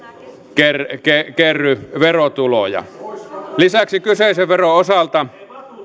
kerry kerry verotuloja lisäksi kyseisen veron osalta